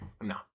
No